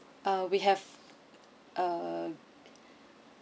uh we have uh